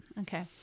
Okay